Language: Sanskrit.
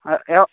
अ यो